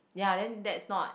ya then that's not